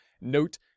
Note